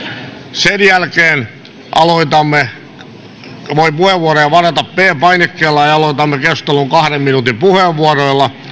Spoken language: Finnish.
sen jälkeen voi puheenvuoroja varata p painikkeella ja ja aloitamme keskustelun kahden minuutin puheenvuoroilla